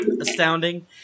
astounding